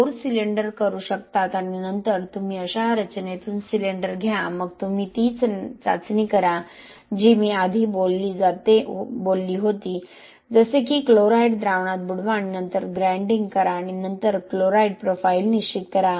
core cylinder करू शकतात आणि नंतर म्हणून तुम्ही अशा रचनेतून सिलिंडर घ्या मग तुम्ही तीच चाचणी करा जी मी आधी बोलली होती जसे की क्लोराईड द्रावणात बुडवा आणि नंतर ग्राइंडिंग करा आणि नंतर क्लोराईड प्रोफाइल निश्चित करा